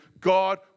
God